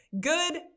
good